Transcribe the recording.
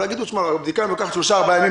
אבל יגידו: הבדיקה לוקחת 4-3 ימים.